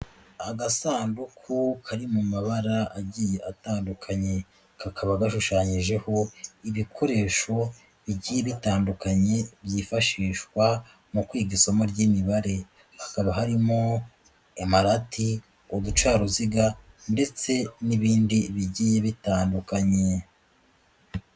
Agasanduku kari mu mabara agiye atandukanye, kakaba gashushanyijeho ibikoresho bigiye bitandukanye byifashishwa mu kwiga isomo ry'imibare, hakaba harimo amarati, uducaruziga ndetse n'ibindi bigiye bitandukanye.